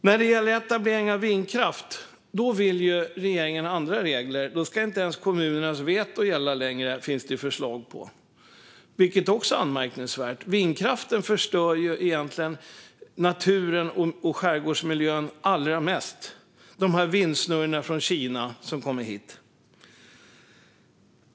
När det gäller etablering av vindkraft vill regeringen ha andra regler. Då ska inte ens kommunernas veto gälla längre, finns det förslag på, vilket också är anmärkningsvärt. Vindkraften med dess vindsnurror som kommer hit från Kina är egentligen det som förstör naturen och skärgårdsmiljön allra mest.